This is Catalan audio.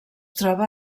troba